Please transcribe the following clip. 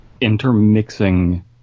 intermixing